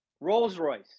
Rolls-Royce